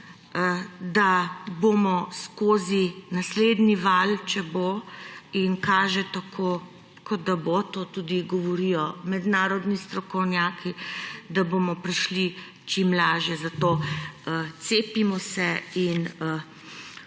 da bomo skozi naslednji val, če bo– in kaže tako, kot da bo, to tudi govorijo mednarodni strokovnjaki –,prišli čim lažje. Cepimo se in